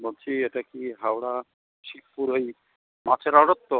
বলছি এটা কি হাওড়া চিৎপুর ওই মাছের আড়ত তো